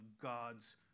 God's